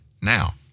Now